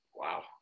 Wow